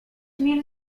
mil